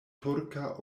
turka